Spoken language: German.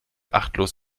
achtlos